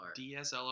DSLR